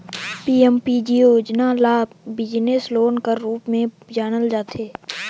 PMEGP योजना ल business loan कर रूप में जानल जाथे